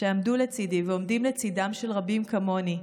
שעמדו לצידי ועומדים לצידם של רבים כמוני,